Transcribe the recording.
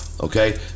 okay